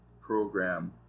program